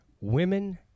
Women